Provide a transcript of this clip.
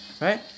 Right